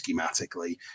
schematically